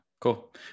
Cool